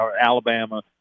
Alabama